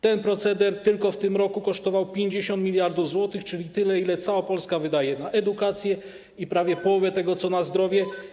Ten proceder tylko w tym roku kosztował 50 mld zł, czyli tyle, ile cała Polska wydaje na edukację, i prawie połowę tego, co na zdrowie.